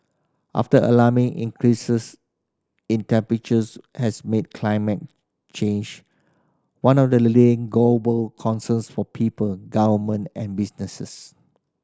after alarming increases in temperatures has made climate change one of the leading global concerns for people government and businesses